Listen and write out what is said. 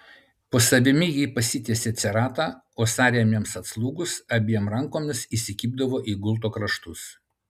po savimi ji pasitiesė ceratą o sąrėmiams atslūgus abiem rankomis įsikibdavo į gulto kraštus